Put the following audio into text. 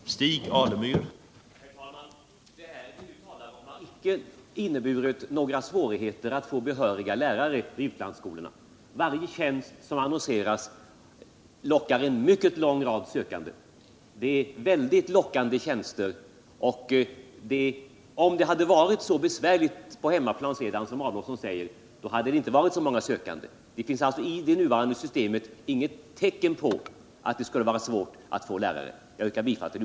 Herr talman! Det vi nu talar om har icke inneburit några svårigheter att få behöriga lärare till utlandsskolorna. Varje tjänst som utannonseras lockar en mycket lång rad sökande. Och om det hade varit så besvärligt på hemmaplan som herr Adolfsson säger, då hade det inte varit så många sökande. Det nuvarande systemet har inte visat några tecken på att det skulle vara svårt att få lärare till de här tjänsterna.